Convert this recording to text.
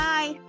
Bye